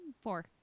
Four